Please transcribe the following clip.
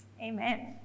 amen